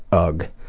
ugh.